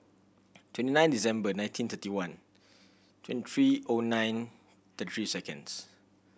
twenty nine December nineteen thirty one twenty three O nine thirty three seconds